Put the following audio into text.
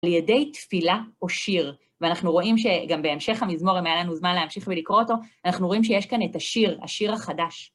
לידי תפילה או שיר, ואנחנו רואים שגם בהמשך המזמור, אם היה לנו זמן להמשיך ולקרוא אותו, אנחנו רואים שיש כאן את השיר, השיר החדש.